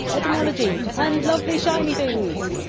etymology! and lovely shiny things!